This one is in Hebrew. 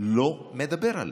לא מדבר עליהם,